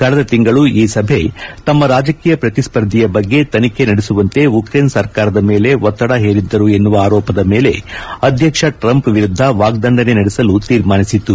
ಕಳೆದ ತಿಂಗಳು ಈ ಸಭೆ ತಮ್ಮ ರಾಜಕೀಯ ಪ್ರತಿಸ್ಪರ್ಧೆಯ ಬಗ್ಗೆ ತನಿಖೆ ನಡೆಸುವಂತೆ ಉಕ್ರೇನ್ ಸರ್ಕಾರದ ಮೇಲೆ ಒತ್ತಡ ಹೇರಿದ್ದರು ಎನ್ನುವ ಆರೋಪದ ಮೇಲೆ ಅಧ್ಯಕ್ಷ ಟ್ರಂಪ್ ವಿರುದ್ಧ ವಾಗ್ದಂಡನೆ ನಡೆಸಲು ತೀರ್ಮಾನಿಸುತ್ತು